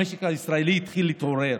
המשק הישראלי התחיל להתעורר,